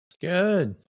Good